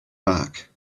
back